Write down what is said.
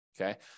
Okay